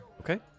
Okay